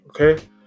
okay